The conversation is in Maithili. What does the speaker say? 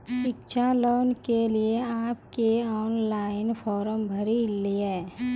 शिक्षा लोन के लिए आप के ऑनलाइन फॉर्म भरी ले?